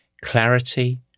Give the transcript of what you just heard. Clarity